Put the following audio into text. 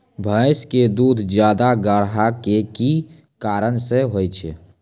भैंस के दूध ज्यादा गाढ़ा के कि कारण से होय छै?